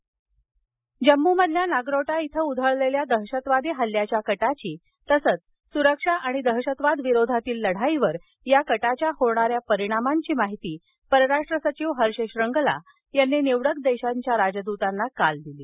श्रींगला जम्मूमधल्या नगरोटा इथं उधळलेल्या दहशतवादी हल्ल्याच्या कटाची तसंच सुरक्षा आणि दहशतवादाविरोधातील लढाईवर या कटाच्या होणाऱ्या परिणामांची माहिती परराष्ट्र सचिव हर्ष श्रींगला यांनी निवडक देशांच्या राजदूतांना काल दिली